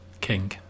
King